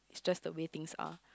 just the way things are